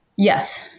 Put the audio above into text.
Yes